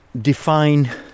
define